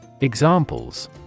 Examples